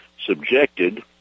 subjected